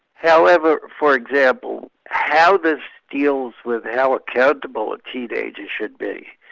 however, for example how this deals with how accountable a teenager should be,